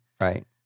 right